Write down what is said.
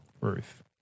Ruth